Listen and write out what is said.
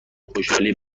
خوشحالی